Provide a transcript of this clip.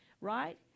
right